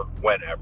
whenever